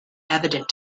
evident